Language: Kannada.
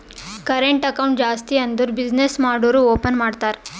ಕರೆಂಟ್ ಅಕೌಂಟ್ ಜಾಸ್ತಿ ಅಂದುರ್ ಬಿಸಿನ್ನೆಸ್ ಮಾಡೂರು ಓಪನ್ ಮಾಡ್ತಾರ